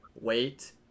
wait